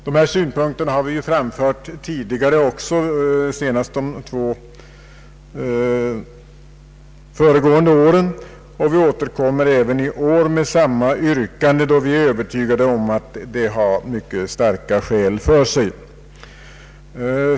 Dessa synpunkter har vi framfört tidigare, senast de två föregående åren, och vi återkommer även i år med samma yrkande, då vi är övertygade om att det har mycket starka skäl för sig.